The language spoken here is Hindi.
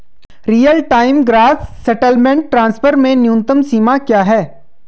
Real time gross settlement transfer में न्यूनतम सीमा क्या है?